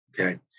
okay